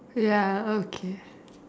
ya okay